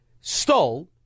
stole